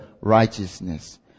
righteousness